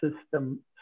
system